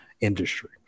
industry